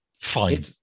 Fine